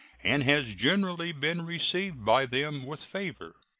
and has generally been received by them with favor.